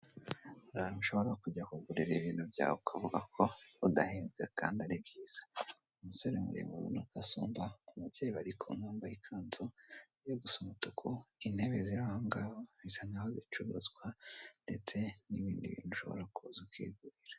Ahantu ushobora kujya kugurira ibintu byawe ukavuga ko udahenzwe, kandi ari byiza umusore muremure ubona ko asumba umubyeyi bari kumwe wambaye ikanzu gusa umutuku, intebe ziri ahanga bisa nk'aho zicuruzwa ndetse n'ibindi ushobora kuza ukigurira.